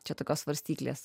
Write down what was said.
čia tokios svarstyklės